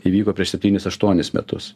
įvyko prieš septynis aštuonis metus